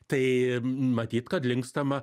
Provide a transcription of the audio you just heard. tai matyt kad linkstama